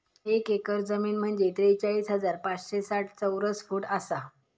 एक एकर जमीन म्हंजे त्रेचाळीस हजार पाचशे साठ चौरस फूट आसा